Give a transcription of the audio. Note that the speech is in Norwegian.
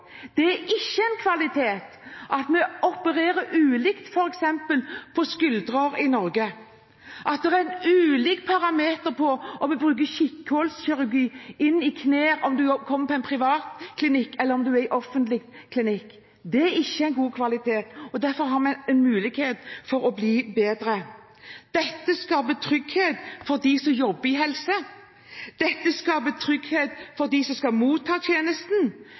Det er ikke en kvalitet at vi opererer f.eks. skuldre ulikt i Norge, og at det er ulike parametere på om vi bruker kikkhullskirurgi i kneet på en privat klinikk eller på en offentlig klinikk. Det er ikke god kvalitet. Derfor har vi mulighet for å bli bedre. Dette skaper trygghet for dem som jobber innenfor helse. Dette skaper trygghet for dem som skal motta tjenesten.